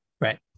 right